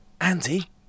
Andy